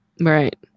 Right